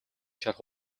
шарх